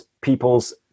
people's